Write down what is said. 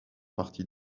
partie